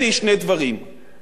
קבעתי שני עקרונות,